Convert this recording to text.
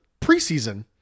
preseason